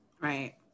Right